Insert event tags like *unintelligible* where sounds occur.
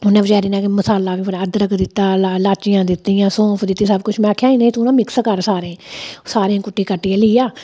उ'न्नै बचैरी ने गै मसाला बी *unintelligible* अदरक दित्ता लाचियां दित्तियां सौंफ दित्ती सब कुछ में आखेआ इ'नें गी तू ना मिक्स कर सारें गी सारें गी कुट्टी कट्टियै लेई आ